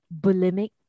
bulimic